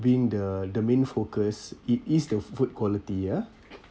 being the the main focus it is the food quality ya